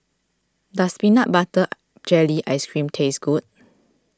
does Peanut Butter Jelly Ice Cream taste good